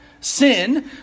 Sin